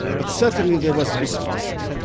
but certainly there was mistrust